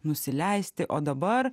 nusileisti o dabar